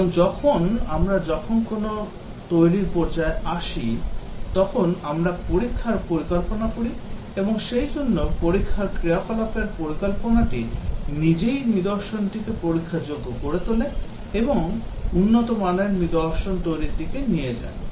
এবং যখন আমরা যখন কোনও তৈরির পর্যায়ে আসি তখন আমরা পরীক্ষার পরিকল্পনা করি এবং সেইজন্য পরীক্ষার ক্রিয়াকলাপের পরিকল্পনাটি নিজেই নিদর্শনটিকে পরীক্ষাযোগ্য করে তোলে এবং উন্নত মানের নিদর্শন তৈরির দিকে নিয়ে যায়